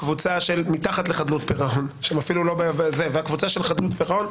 הקבוצה של מתחת לחדלות פירעון והקבוצה של חדלות פירעון,